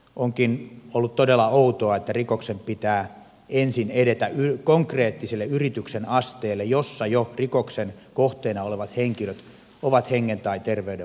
onkin ollut todella outoa että rikoksen pitää ensin edetä konkreettiselle yrityksen asteelle jossa jo rikoksen kohteena olevat henkilöt ovat hengen tai terveydenvaarassa